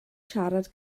siarad